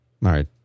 right